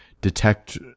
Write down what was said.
detect